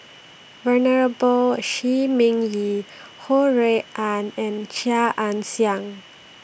Venerable Shi Ming Yi Ho Rui An and Chia Ann Siang